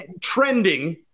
trending